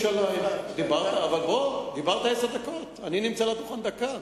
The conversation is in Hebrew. דיברת עשר דקות, אני נמצא על הדוכן דקה.